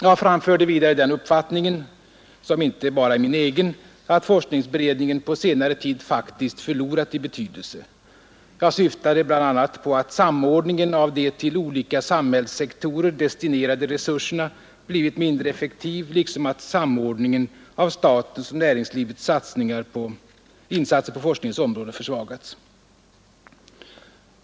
Jag framförde vidare den uppfattningen, som inte bara är min egen, att forskningsberedningen på senare tid faktiskt förlorat i betydelse. Jag syftade bl.a. på att samordningen av de till olika samhällssektorer destinerade resurserna blivit mindre effektiv liksom att samordningen av statens och näringslivets insatser på forskningens område försvagats.